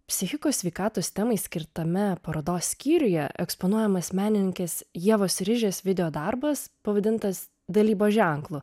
psichikos sveikatos temai skirtame parodos skyriuje eksponuojamas menininkės ievos rižės videodarbas pavadintas dalybos ženklu